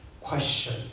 question